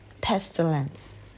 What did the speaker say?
Pestilence